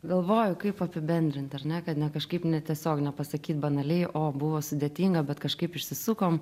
galvoju kaip apibendrint ar ne kad ne kažkaip netiesiog nepasakyt banaliai o buvo sudėtinga bet kažkaip išsisukom